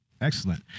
Excellent